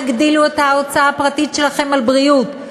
תגדילו את ההוצאה הפרטית שלכם על בריאות,